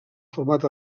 format